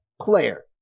player